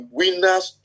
winners